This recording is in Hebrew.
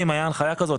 אם הייתה הנחייה כזאת.